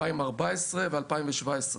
2014 ו-2017.